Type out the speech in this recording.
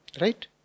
right